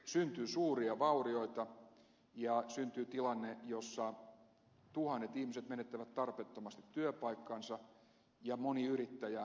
syntyy suuria vaurioita ja syntyy tilanne jossa tuhannet ihmiset menettävät tarpeettomasti työpaikkansa ja moni yrittäjä koko elämäntyönsä